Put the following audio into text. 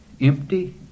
empty